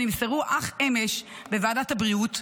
שנמסרו אך אמש בוועדת הבריאות,